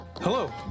Hello